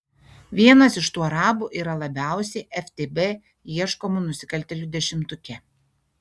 vienas iš tų arabų yra labiausiai ftb ieškomų nusikaltėlių dešimtuke